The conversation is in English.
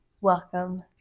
welcome